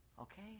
okay